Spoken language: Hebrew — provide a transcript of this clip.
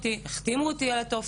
החתימו אותי על טופס,